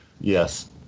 Yes